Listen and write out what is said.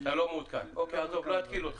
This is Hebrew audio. אתה לא מעודכן, עזוב, לא אתקיל אותך.